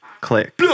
click